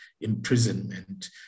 imprisonment